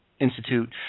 Institute